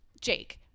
Jake